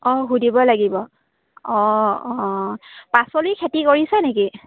অঁ সুধিব লাগিব অঁ অঁ পাচলি খেতি কৰিছে নেকি